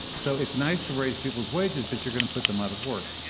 so, it's nice to raise people's wages, but you're going to put them out of work.